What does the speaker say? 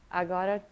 agora